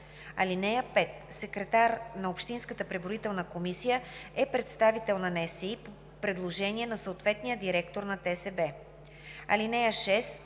района. (5) Секретар на общинската преброителна комисия е представител на НСИ по предложение на съответния директор на ТСБ.